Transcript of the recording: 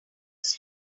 use